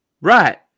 Right